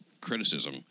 criticism